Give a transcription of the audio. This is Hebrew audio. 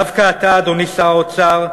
דווקא אתה, אדוני שר האוצר,